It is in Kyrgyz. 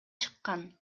чыккан